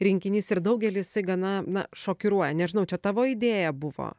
rinkinys ir daugelį jisai gana na šokiruoja nežinau čia tavo idėja buvo